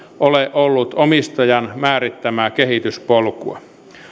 ole ollut omistajan määrittämää kehityspolkua